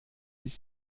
bis